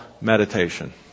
meditation